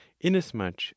inasmuch